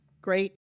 great